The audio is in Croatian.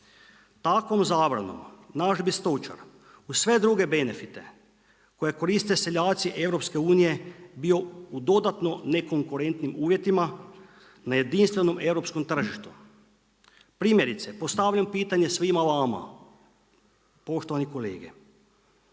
Takvom zabranom naš bi stočar uz sve druge benefite, koje koriste seljaci EU-a bio u dodatno nekonkurentnim uvjetima na jedinstvenom europskom tržištu. Primjerice, postavljam pitanje svima vama, poštovani kolege.